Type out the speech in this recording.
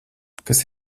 kas